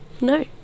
no